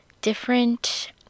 different